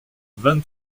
vingt